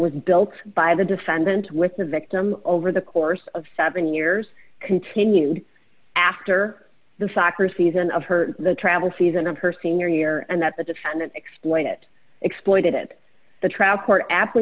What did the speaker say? was built by the defendant with the victim over the course of seven years continued after the soccer season of her the travel season of her senior year and that the defendant explained it exploited the trap court a